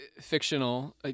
fictional